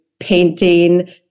painting